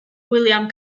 william